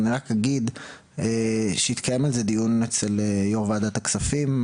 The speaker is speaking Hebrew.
אני רק אגיד שהתקיים על זה דיון אצל יו"ר ועדת הכספים,